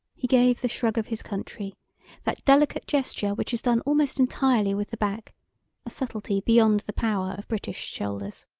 he gave the shrug of his country that delicate gesture which is done almost entirely with the back a subtlety beyond the power of british shoulders.